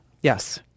Yes